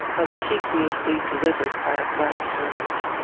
obsequiously delivered by a black servant.